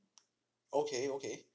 okay okay